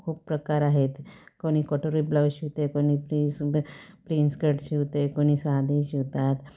खूप प्रकार आहेत कोणी कटोरे ब्लाऊज शिवते कोणी प्रिस प्रिन्सकट शिवते कोणी साधी शिवतात